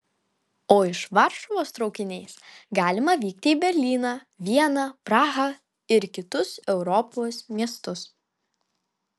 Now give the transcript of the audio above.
o iš varšuvos traukiniais galima vykti į berlyną vieną prahą ir kitus europos miestus